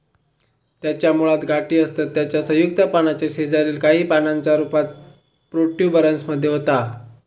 त्याच्या मुळात गाठी असतत त्याच्या संयुक्त पानाच्या शेजारील काही पानांचा रूपांतर प्रोट्युबरन्स मध्ये होता